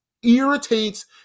irritates